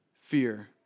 fear